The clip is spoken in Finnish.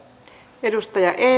perustaja e